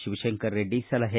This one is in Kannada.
ಶಿವಶಂಕರ ರೆಡ್ಡಿ ಸಲಹೆ